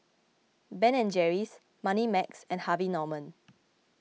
Ben and Jerry's Moneymax and Harvey Norman